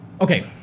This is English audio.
Okay